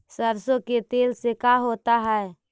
सरसों के तेल से का होता है?